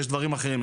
יש דברים אחרים,